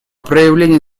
проявление